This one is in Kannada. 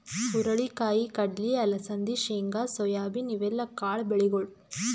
ಹುರಳಿ ಕಾಯಿ, ಕಡ್ಲಿ, ಅಲಸಂದಿ, ಶೇಂಗಾ, ಸೋಯಾಬೀನ್ ಇವೆಲ್ಲ ಕಾಳ್ ಬೆಳಿಗೊಳ್